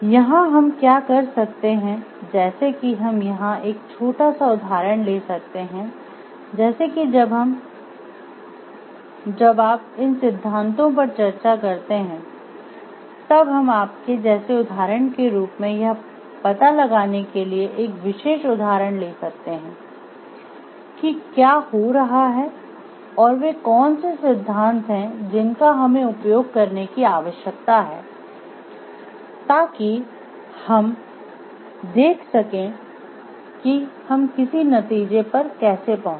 यहाँ हम क्या कर सकते हैं जैसे कि हम यहाँ एक छोटा सा उदाहरण ले सकते हैं जैसे कि जब आप इन सिद्धांतों पर चर्चा करते हैं तब हम आपके जैसे उदाहरण के रूप में यह पता लगाने के लिए एक विशेष उदाहरण ले सकते हैं कि क्या हो रहा है और वे कौन से सिद्धांत हैं जिनका हमें उपयोग करने की आवश्यकता है ताकि हम देख सकें कि हम किसी नतीजे पर कैसे पहुँचे